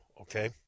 Okay